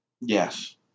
Yes